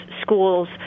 schools